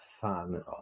fan